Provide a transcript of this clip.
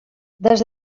des